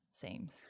seems